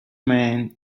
man